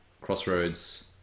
Crossroads